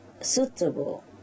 suitable